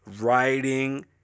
writing